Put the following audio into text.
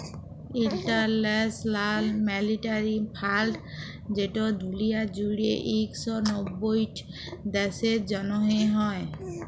ইলটারল্যাশ লাল মালিটারি ফাল্ড যেট দুলিয়া জুইড়ে ইক শ নব্বইট দ্যাশের জ্যনহে হ্যয়